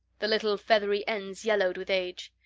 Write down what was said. the little feathery ends yellowed with age.